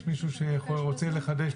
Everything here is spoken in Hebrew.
יש מישהו שרוצה לדבר?